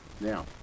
Now